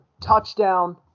touchdown